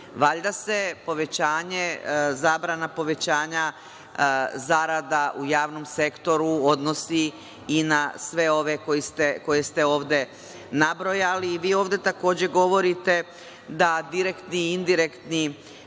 Valjda se zabrana povećanja zarada u javnom sektoru odnosi i na sve ove koje ste ovde nabrojali. Ovde takođe govorite da direktni i indirektni